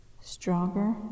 stronger